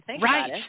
right